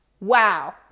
wow